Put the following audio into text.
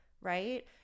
right